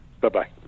Bye-bye